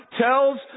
tells